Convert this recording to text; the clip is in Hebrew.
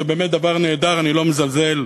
וזה באמת דבר נהדר, אני לא מזלזל,